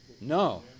No